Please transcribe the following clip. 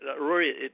Rory